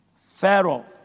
Pharaoh